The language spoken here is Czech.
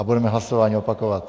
Budeme hlasování opakovat.